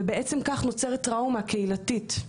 וכך נוצרת טראומה קהילתית.